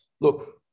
look